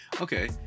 Okay